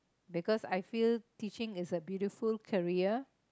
because I feel teaching is a beautiful career